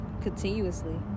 continuously